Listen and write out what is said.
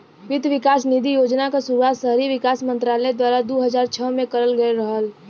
वित्त विकास निधि योजना क शुरुआत शहरी विकास मंत्रालय द्वारा दू हज़ार छह में करल गयल रहल